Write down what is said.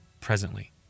presently